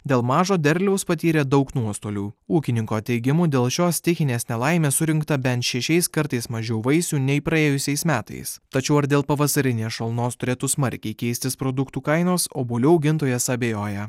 dėl mažo derliaus patyrė daug nuostolių ūkininko teigimu dėl šios stichinės nelaimės surinkta bent šešiais kartais mažiau vaisių nei praėjusiais metais tačiau ar dėl pavasarinės šalnos turėtų smarkiai keistis produktų kainos obuolių augintojas abejoja